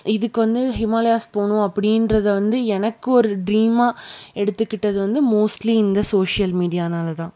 இதுக்கு வந்து ஹிமாலயாஸ் போகணும் அப்படின்றத வந்து எனக்கு ஒரு ட்ரீமாக எடுத்துக்கிட்டது வந்து மோஸ்ட்லி இந்த சோசியல் மீடியானால் தான்